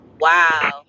Wow